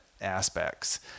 aspects